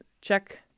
check